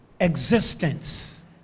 existence